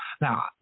Now